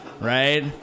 right